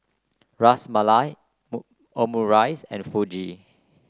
Ras Malai Omurice and Fugu